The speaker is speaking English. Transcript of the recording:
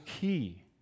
key